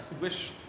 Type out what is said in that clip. wish